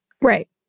Right